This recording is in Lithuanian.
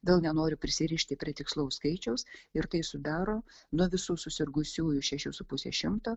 vėl nenoriu prisirišti prie tikslaus skaičiaus ir tai sudaro nuo visų susirgusiųjų šešių su puse šimto